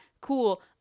cool